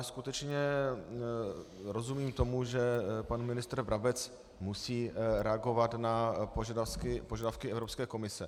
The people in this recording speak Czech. Skutečně rozumím tomu, že pan ministr Brabec musí reagovat na požadavky Evropské komise.